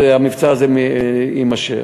המבצע הזה יימשך.